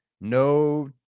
No